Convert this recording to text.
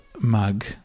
mug